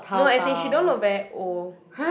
no as in she don't look very old